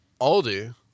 Aldi